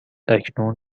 اکنون